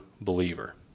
believer